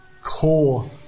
core